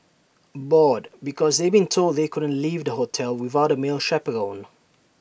bored because they'd been told they couldn't leave the hotel without A male chaperone